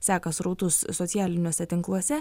seka srautus socialiniuose tinkluose